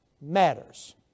matters